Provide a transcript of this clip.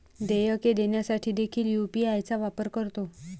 देयके देण्यासाठी देखील यू.पी.आय चा वापर करतो